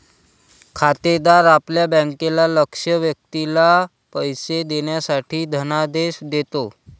खातेदार आपल्या बँकेला लक्ष्य व्यक्तीला पैसे देण्यासाठी धनादेश देतो